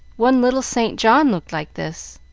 one little st. john looked like this,